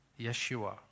Yeshua